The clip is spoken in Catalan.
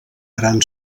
gran